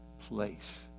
place